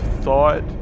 thought